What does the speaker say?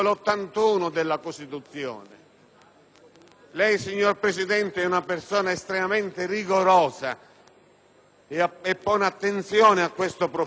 Non è pensabile che l'articolo 81 della Costituzione possa essere raggirato in questi termini. Non è pensabile